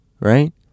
Right